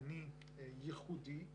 אני ייחודי,